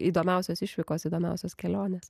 įdomiausios išvykos įdomiausios kelionės